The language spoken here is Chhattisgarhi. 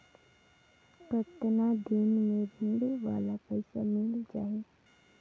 कतना दिन मे ऋण वाला पइसा मिल जाहि?